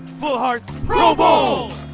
full hearts. pro bowl!